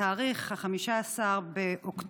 בתאריך 15 באוקטובר